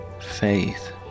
faith